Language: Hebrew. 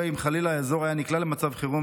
אם חלילה האזור היה נקלע למצב חירום,